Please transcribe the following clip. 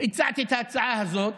הצעתי את ההצעה הזאת,